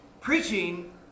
Preaching